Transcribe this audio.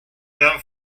than